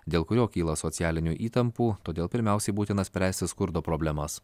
dėl kurio kyla socialinių įtampų todėl pirmiausiai būtina spręsti skurdo problemas